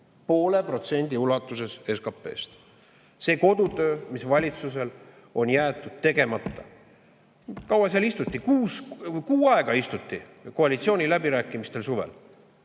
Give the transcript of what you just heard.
poole protsendi ulatuses SKP-st. See on kodutöö, mille valitsus on jätnud tegemata. Kaua seal istuti? Kuu aega istuti koalitsiooniläbirääkimistel suvel.